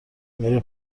میره